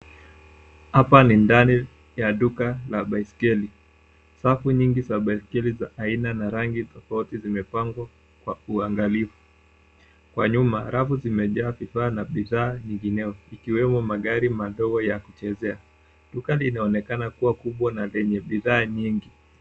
Hapa ni ndani ya duka la baiskeli. Safu nyingi za baiskeli za aina na rangi tofauti zimepangwa kwa uangalifu. Kwa nyuma, rafu zimejaa bidhaa na bidhaa nyingineo ikiwemo magari madogo ya kuchezea. Duka linaonekana kuwa kubwa na lenye bidhaa nyingi.